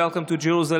welcome to Jerusalem,